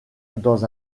dans